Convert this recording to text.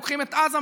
לוקחים את עזה,